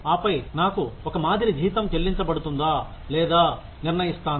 ఆపై నాకు ఒక మాదిరి జీతం చెల్లించబడుతుందా లేదా నిర్ణయిస్తాను